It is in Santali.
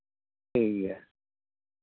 ᱴᱷᱤᱠ ᱜᱮᱭᱟ